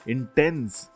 Intense